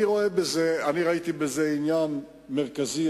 אני ראיתי בזה עניין מרכזי.